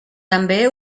també